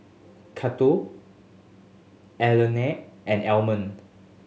Cato Alannah and Almond